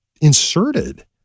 inserted